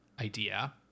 idea